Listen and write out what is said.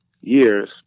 years